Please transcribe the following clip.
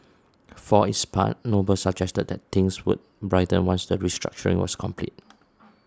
for its part Noble suggested that things would brighten once the restructuring was complete